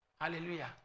Hallelujah